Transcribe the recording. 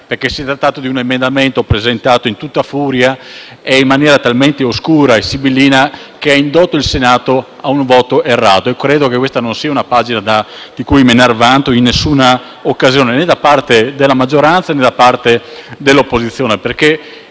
fieri. Si è trattato infatti di un emendamento presentato in tutta furia e in maniera talmente oscura e sibillina da indurre il Senato ad un voto errato. Credo che questa non sia una pagina di cui menar vanto in alcuna occasione né da parte della maggioranza né da parte dell'opposizione.